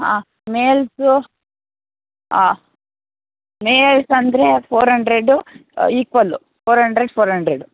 ಹಾಂ ಮೇಲ್ಸು ಹಾಂ ಮೇಲ್ಸ್ ಅಂದರೆ four hundred equal four hundred four hundred